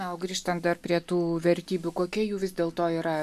na o grįžtant dar prie tų vertybių kokia jų vis dėlto yra